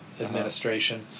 administration